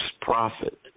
profit